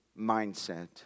mindset